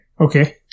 Okay